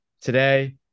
Today